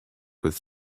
with